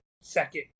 second